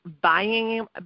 buying